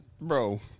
Bro